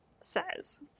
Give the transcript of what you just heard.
says